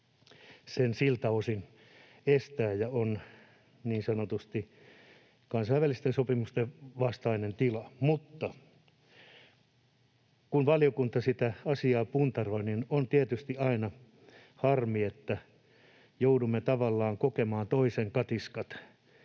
sen siltä osin estää ja tämä on niin sanotusti kansainvälisten sopimusten vastainen tila. Mutta kun valiokunta sitä asiaa puntaroi, niin on tietysti aina harmi, että joudumme tavallaan kokemaan toisen katiskat